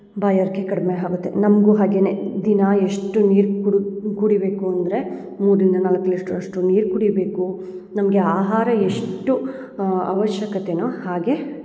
ಬಾಯಾರಿಕೆ ಕಡ್ಮೆ ಆಗುತ್ತೆ ನಮಗೂ ಹಾಗೆನೆ ದಿನ ಎಷ್ಟು ನೀರು ಕುಡ್ ಕುಡಿಬೇಕು ಅಂದರೆ ಮೂರರಿಂದ ನಾಲ್ಕು ಲೀಟ್ರ್ ಅಷ್ಟು ನೀರು ಕುಡಿಬೇಕು ನಮಗೆ ಆಹಾರ ಎಷ್ಟು ಆವಶ್ಯಕತೆನೋ ಹಾಗೆ